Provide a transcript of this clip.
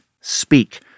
speak